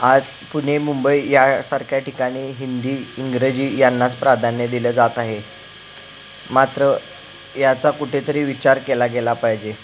आज पुणे मुंबई यासारख्या ठिकाणी हिंदी इंग्रजी यांनाच प्राधान्य दिलं जात आहे मात्र याचा कुठेतरी विचार केला गेला पाहिजे